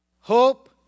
hope